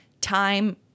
time